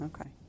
Okay